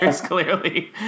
clearly